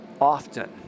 often